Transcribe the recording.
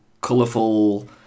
colourful